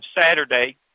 Saturday